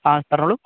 ആ പറഞ്ഞോളൂ